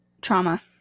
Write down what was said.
trauma